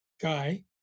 guy